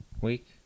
week